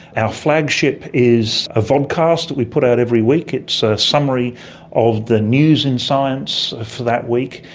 our flagship is a vodcast that we put out every week. it's a summary of the news in science for that week.